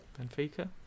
benfica